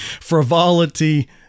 Frivolity